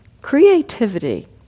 Creativity